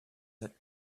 that